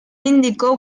indicó